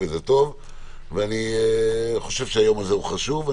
אני חושב שהיום הזה הוא חשוב.